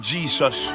Jesus